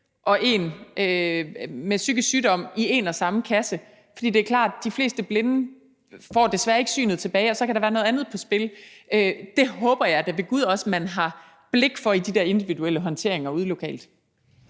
og en med psykisk sygdom i en og samme kasse. For det er klart, at de fleste blinde desværre ikke får synet tilbage, og så kan der være noget andet på spil. Det håber jeg da ved gud også at man har blik for i de der individuelle håndteringer ude lokalt.